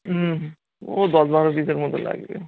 হুম ও দশ বারো পিসের মতো লাগবে